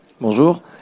Bonjour